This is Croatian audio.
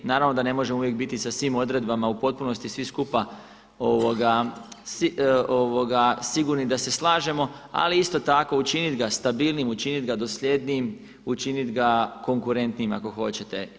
Naravno da ne možemo uvijek biti sa svim odredbama u potpunosti svi skupa sigurni da se slažemo, ali isto tako učiniti ga stabilnijim, učiniti ga dosljednijim, učiniti ga konkurentnijim ako hoćete.